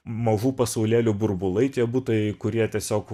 mažų pasaulėlių burbulai tie butai kurie tiesiog